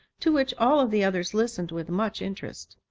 to which all of the others listened with much interest.